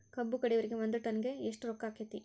ಕಬ್ಬು ಕಡಿಯುವರಿಗೆ ಒಂದ್ ಟನ್ ಗೆ ಎಷ್ಟ್ ರೊಕ್ಕ ಆಕ್ಕೆತಿ?